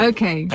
Okay